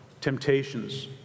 temptations